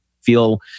feel